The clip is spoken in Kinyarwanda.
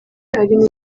arimo